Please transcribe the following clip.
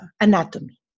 anatomy